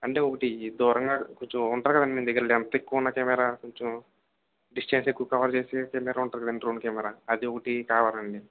అంటే ఒకటి దూరంగ కొంచెం ఉంటుంది కదండి మీ దగ్గర లెంత్ ఎక్కువ ఉన్న కెమెరా కొంచెం డిస్టెన్స్ ఎక్కువ కవర్ చేసే కెమెరా ఉంటుంది కదండి డ్రోన్ కెమెరా అది ఒకటి కావాలండి